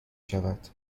شود